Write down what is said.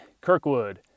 Kirkwood